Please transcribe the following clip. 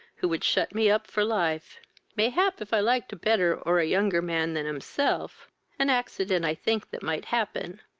who would shut me up for life mayhap, if i liked a better or a younger man than himself an accident i think that might happen.